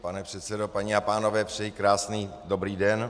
Pane předsedo, paní a pánové, přeji krásný dobrý den.